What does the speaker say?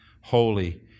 holy